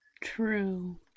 True